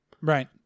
Right